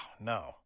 no